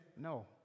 no